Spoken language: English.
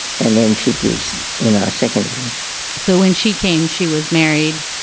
and then she was in our second year so when she came, she was married.